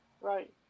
Right